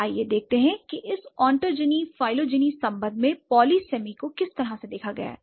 आइए देखते हैं कि इस ओटोजनी फाइलों जेनी संबंध में पॉलीसिम को किस तरह से देखा गया है